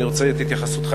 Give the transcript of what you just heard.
אני רוצה את התייחסותך,